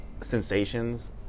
sensations